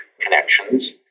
connections